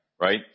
right